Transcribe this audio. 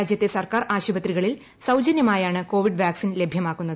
രാജ്യത്തെ സർക്കാർ ആശുപത്രികളിൽ സൌജന്യമായാണ് കോവിഡ് വാക്സിൻ ലഭ്യമാക്കുന്നത്